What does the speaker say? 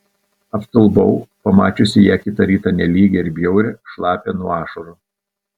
apstulbau pamačiusi ją kitą rytą nelygią ir bjaurią šlapią nuo ašarų